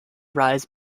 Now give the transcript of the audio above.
rise